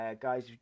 Guys